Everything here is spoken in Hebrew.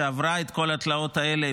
שעברה את כל התלאות האלה,